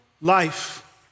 life